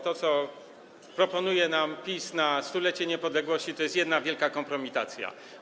To, co proponuje nam PiS na 100-lecie niepodległości, to jest jedna wielka kompromitacja.